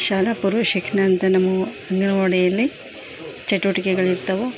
ಶಾಲಾ ಪೂರ್ವ ಶಿಕ್ಷಣ ಅಂತ ನಮ್ಮ ಅಂಗನವಾಡಿಯಲ್ಲಿ ಚಟುವಟಿಕೆಗಳಿರ್ತವೆ